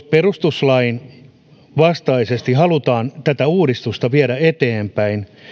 perustuslain vastaisesti halutaan tätä uudistusta viedä eteenpäin